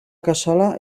cassola